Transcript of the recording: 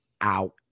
out